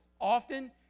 Often